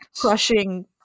crushing